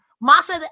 Masha